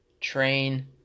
Train